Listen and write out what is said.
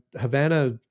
Havana